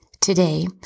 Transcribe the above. Today